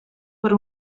per